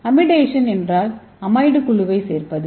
amidation என்றால் amide குழுவைச் சேர்ப்பது